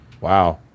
Wow